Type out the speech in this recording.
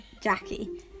Jackie